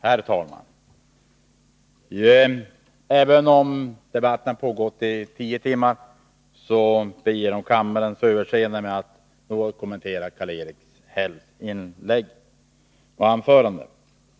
Herr talman! Jag ber om kammarledamöternas överseende för att jag, trots att debatten pågått i tio timmar, något kommenterar Karl-Erik Hälls anförande.